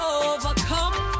overcome